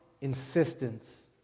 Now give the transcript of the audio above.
insistence